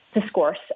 discourse